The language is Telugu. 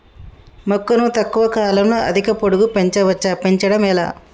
మొక్కను తక్కువ కాలంలో అధిక పొడుగు పెంచవచ్చా పెంచడం ఎలా?